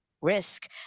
risk